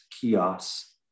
kiosk